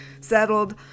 settled